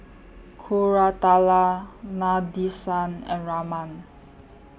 Koratala Nadesan and Raman